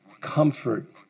comfort